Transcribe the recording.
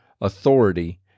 authority